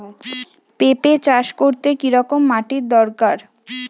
পেঁপে চাষ করতে কি রকম মাটির দরকার?